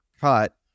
cut